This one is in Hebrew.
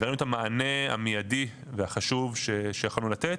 ונתנו את המענה המיידי, והחשוב שיכלנו לתת.